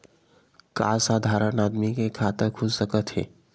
का साधारण आदमी के खाता खुल सकत हे?